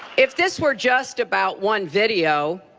if this were just about one video,